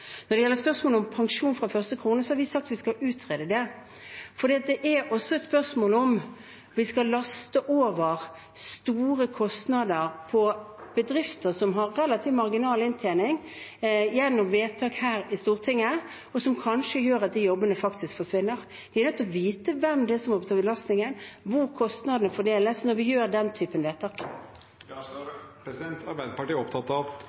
Når det gjelder spørsmålet om pensjon fra første krone, har vi sagt at vi skal utrede det. Det er også et spørsmål om vi, gjennom vedtak her i Stortinget, skal laste over store kostnader på bedrifter som har relativt marginal inntjening, noe som kanskje gjør at jobbene faktisk forsvinner. Vi er nødt til å vite hvem det er som må ta belastningen – hvor kostnadene fordeles når vi gjør den slags vedtak. Arbeiderpartiet er opptatt av